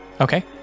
Okay